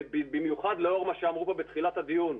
במיוחד לאור מה שאמרו כאן בתחילת הדיון,